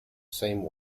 same